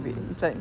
mm